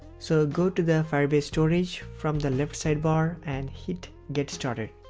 so go to the firebase storage from the left sidebar and hit get started.